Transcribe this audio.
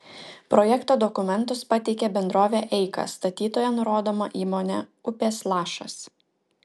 projekto dokumentus pateikė bendrovė eika statytoja nurodoma įmonė upės lašas